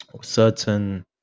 certain